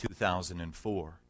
2004